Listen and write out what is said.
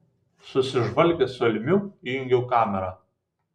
susižvalgęs su almiu įjungiau kamerą